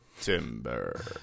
Timber